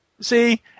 See